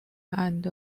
and